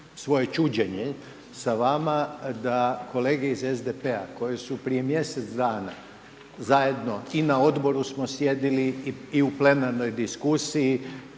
svoje čuđenje sa vama da kolege iz SDP-a koje su prije mjesec dana zajedno i na odboru smo sjedili i u plenarnoj diskusiji,